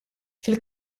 fil